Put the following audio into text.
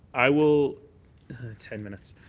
i will ten minutes.